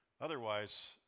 Otherwise